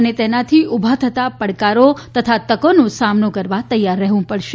અને તેનાથી ઉભા થતા પડકારો તથા તકોનો સામનો કરવા તૈયાર રહેવું પડશે